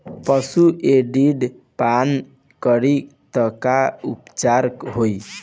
पशु एसिड पान करी त का उपचार होई?